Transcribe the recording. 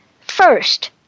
First